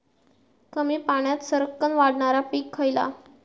कमी पाण्यात सरक्कन वाढणारा पीक खयला?